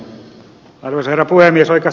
oikeastaan tuon ed